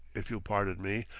if you'll pardon me,